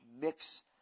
mix